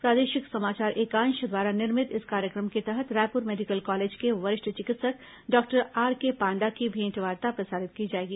प्रादेशिक समाचार एकांश द्वारा निर्मित इस कार्यक्रम के तहत रायप्र मेडिकल कॉलेज के वरिष्ठ चिकित्सक डॉक्टर आरके पांडा की भेंटवार्ता प्रसारित की जाएगी